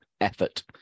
Effort